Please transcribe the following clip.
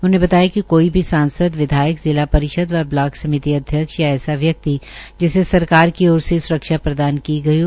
उन्होंने बतायािक कोई भी सांसद विधायक जिला परिषद व ब्लॉक समिति अध्यक्ष या ऐसा व्यक्ति जिसे सरकार की ओर से स्रक्षा प्रदान की गई है